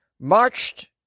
marched